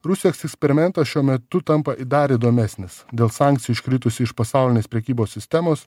rusijos eksperimentas šiuo metu tampa dar įdomesnis dėl sankcijų iškritusių iš pasaulinės prekybos sistemos